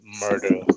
murder